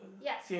yup